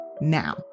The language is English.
now